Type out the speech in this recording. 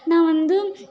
நான் வந்து